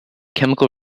chemical